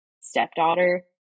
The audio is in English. stepdaughter